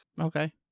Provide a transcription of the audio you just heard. Okay